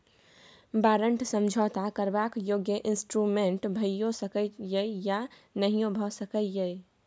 बारंट समझौता करबाक योग्य इंस्ट्रूमेंट भइयो सकै यै या नहियो भए सकै यै